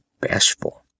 bashful